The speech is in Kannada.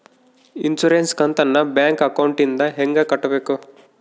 ಇನ್ಸುರೆನ್ಸ್ ಕಂತನ್ನ ಬ್ಯಾಂಕ್ ಅಕೌಂಟಿಂದ ಹೆಂಗ ಕಟ್ಟಬೇಕು?